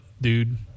dude